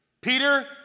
Peter